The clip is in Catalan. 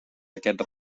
aquest